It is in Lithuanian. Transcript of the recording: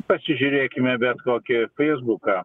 pasižiūrėkime bet kokį feisbuką